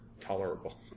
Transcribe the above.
tolerable